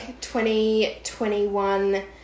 2021